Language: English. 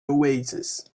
oasis